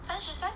三十三